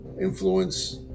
influence